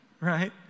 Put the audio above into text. right